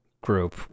group